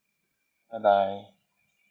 bye bye